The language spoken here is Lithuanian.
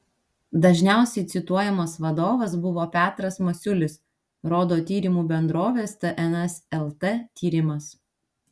dažniausiai cituojamas vadovas buvo petras masiulis rodo tyrimų bendrovės tns lt tyrimas